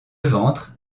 ventre